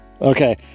Okay